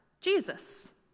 Jesus